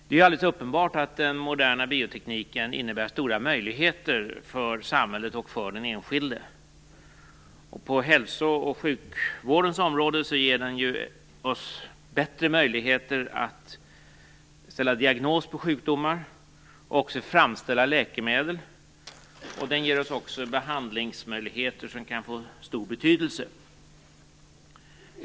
Det är alldeles uppenbart att den moderna biotekniken innebär stora möjligheter för samhället och för den enskilde. På hälso och sjukvårdens område ger den oss bättre möjligheter att ställa diagnos på sjukdomar och framställa läkemedel, och den ger oss också behandlingsmöjligheter som kan få stor betydelse.